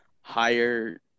higher